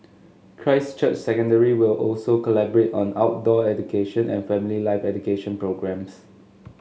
Christ Church Secondary will also collaborate on outdoor education and family life education programmes